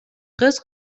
кыз